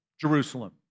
Jerusalem